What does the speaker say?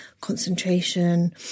concentration